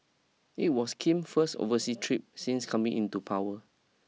it was Kim first oversea trip since coming into power